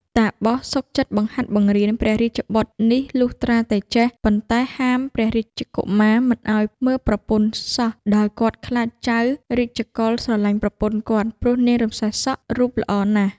តាបសសុខចិត្តបង្ហាត់បង្រៀនព្រះរាជបុត្រនេះលុះត្រាតែចេះ ប៉ុន្តែហាមព្រះរាជកុមារមិនឱ្យមើលប្រពន្ធសោះ ដោយគាត់ខ្លាចចៅ រាជកុល ស្រឡាញ់ប្រពន្ធគាត់ ព្រោះនាង រំសាយសក់ រូបល្អណាស់ ។